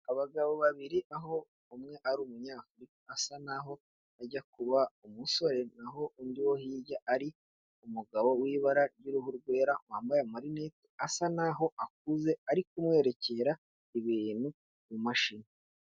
Abagabo babiri aho umwe ari Umunyafurika asa n'aho ajya kuba umusore, n'aho undi wo hirya ari umugabo w'ibara ry'uruhu rwera wambaye amarinete asa n'aho akuze ari kumwerekera ibintu mu mamashini.